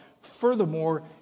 Furthermore